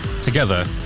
together